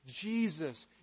Jesus